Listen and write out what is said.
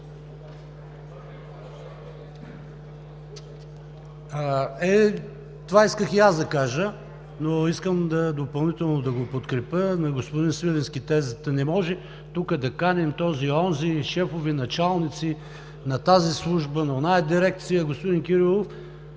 Това исках и аз да кажа, но искам допълнително да подкрепя тезата на господин Свиленски. Не може тук да каним този, онзи, шефове, началници на тази служба, на онази дирекция… Господин Кирилов,